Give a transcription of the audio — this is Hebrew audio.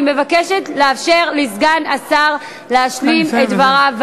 אני מבקשת לאפשר לסגן השר להשלים את דבריו,